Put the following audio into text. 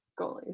Goalies